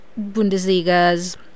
Bundesliga's